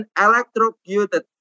electrocuted